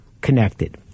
connected